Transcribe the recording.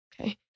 okay